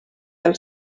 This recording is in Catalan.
del